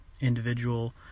individual